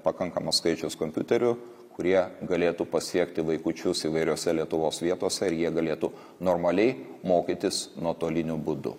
pakankamas skaičius kompiuterių kurie galėtų pasiekti vaikučius įvairiose lietuvos vietose ir jie galėtų normaliai mokytis nuotoliniu būdu